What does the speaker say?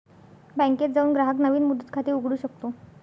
बँकेत जाऊन ग्राहक नवीन मुदत खाते उघडू शकतो